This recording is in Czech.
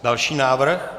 Další návrh?